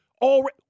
already